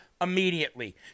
immediately